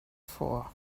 for